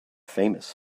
famous